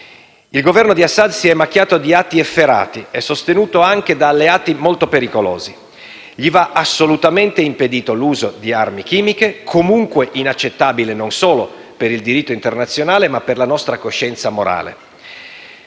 Il Governo di Assad si è macchiato di atti efferati ed è sostenuto anche da alleati molto pericolosi; gli va assolutamente impedito l'uso di armi chimiche, comunque inaccettabile, non solo per il diritto internazionale, ma anche per la nostra coscienza morale.